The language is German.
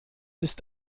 ist